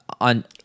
on